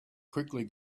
quickly